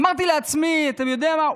אמרתי לעצמי: אתה יודע מה?